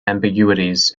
ambiguities